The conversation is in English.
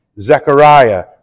Zechariah